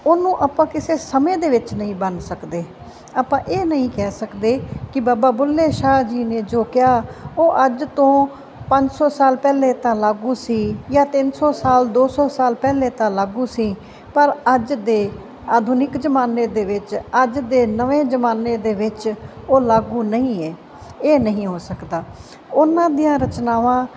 ਉਹਨੂੰ ਆਪਾਂ ਕਿਸੇ ਸਮੇਂ ਦੇ ਵਿੱਚ ਨਹੀਂ ਬੰਨ੍ਹ ਸਕਦੇ ਆਪਾਂ ਇਹ ਨਹੀਂ ਕਹਿ ਸਕਦੇ ਕਿ ਬਾਬਾ ਬੁੱਲ੍ਹੇ ਸ਼ਾਹ ਜੀ ਨੇ ਜੋ ਕਿਹਾ ਉਹ ਅੱਜ ਤੋਂ ਪੰਜ ਸੌ ਸਾਲ ਪਹਿਲਾਂ ਤਾਂ ਲਾਗੂ ਸੀ ਜਾਂ ਤਿੰਨ ਸੌ ਸਾਲ ਦੋ ਸੌ ਸਾਲ ਪਹਿਲੇ ਤਾਂ ਲਾਗੂ ਸੀ ਪਰ ਅੱਜ ਦੇ ਆਧੁਨਿਕ ਜ਼ਮਾਨੇ ਦੇ ਵਿੱਚ ਅੱਜ ਦੇ ਨਵੇਂ ਜ਼ਮਾਨੇ ਦੇ ਵਿੱਚ ਉਹ ਲਾਗੂ ਨਹੀਂ ਹੈ ਇਹ ਨਹੀਂ ਹੋ ਸਕਦਾ ਉਹਨਾਂ ਦੀਆਂ ਰਚਨਾਵਾਂ